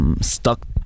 stuck